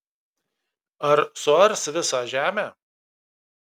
ar suars visą žemę